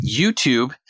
YouTube